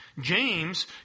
James